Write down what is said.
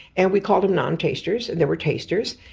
and we called them non-tasters, and there were tasters.